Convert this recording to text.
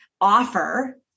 offer